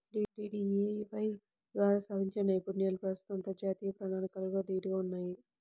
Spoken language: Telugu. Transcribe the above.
డీడీయూఏవై ద్వారా సాధించిన నైపుణ్యాలు ప్రస్తుతం అంతర్జాతీయ ప్రమాణాలకు దీటుగా ఉన్నయ్